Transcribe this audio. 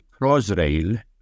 Crossrail